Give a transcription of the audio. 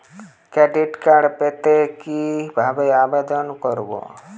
Debit card পেতে কি ভাবে আবেদন করব?